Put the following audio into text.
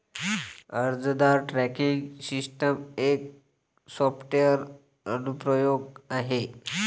अर्जदार tracking system एक software अनुप्रयोग आहे